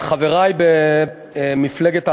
חברי במפלגת העבודה,